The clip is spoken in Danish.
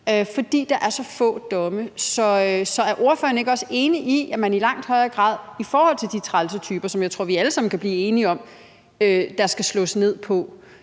fordi der er så få domme. Så er ordføreren ikke også enig i, at man i forhold til de trælse typer, som jeg tror at vi alle sammen kan blive enige om at der skal slås ned på,